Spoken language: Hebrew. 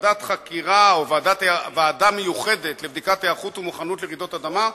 ועדת חקירה או ועדה מיוחדת לבדיקת ההיערכות והמוכנות לרעידות אדמה,